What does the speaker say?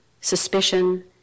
suspicion